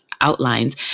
outlines